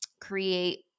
create